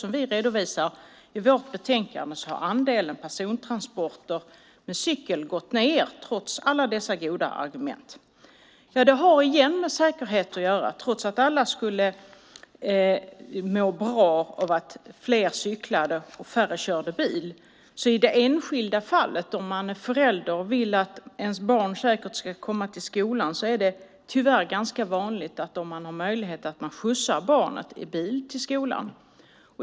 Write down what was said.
Som vi redovisar i vårt betänkande har andelen persontransporter med cykel minskat trots alla goda argument. Det har med säkerhet att göra. Trots att alla skulle må bra av att fler cyklar och färre kör bil är det tyvärr vanligt att föräldrar som vill att barnen ska komma säkert till skolan skjutsar barnen dit i bil.